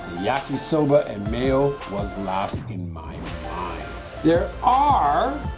yakisoba and mayo was last in mind there are